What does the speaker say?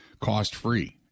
cost-free